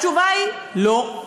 התשובה היא לא.